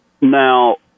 Now